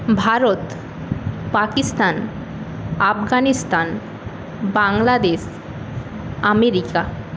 Bharat Pakistan Afghanistan Bangladesh America